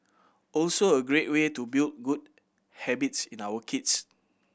also a great way to build good habits in our kids